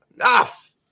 Enough